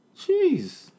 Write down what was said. Jeez